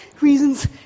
reasons